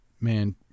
man